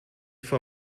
for